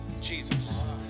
Jesus